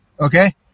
Okay